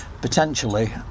Potentially